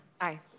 Aye